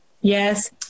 Yes